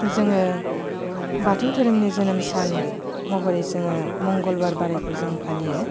जोङो बाथौ धोरोमनि जोनोम सान महरै जोङो मंगलबार बारायखौ जों फालियो